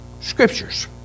scriptures